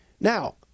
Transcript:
Now